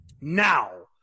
Now